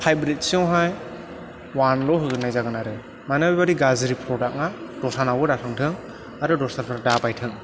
five रेटिं यावहाय वान ल' होनाय जागोन आरो मानो बेबादि गाज्रि प्रदाका दस्रानावबो दाथांथों आरो दस्राफ्रा दाबायथों